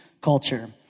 culture